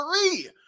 three